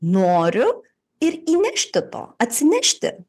noriu ir įnešti to atsinešti